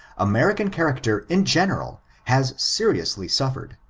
american character in general has serioualy suffered,